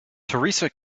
theresa